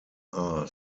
are